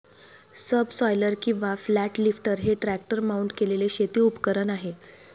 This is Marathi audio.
सबसॉयलर किंवा फ्लॅट लिफ्टर हे ट्रॅक्टर माउंट केलेले शेती उपकरण आहे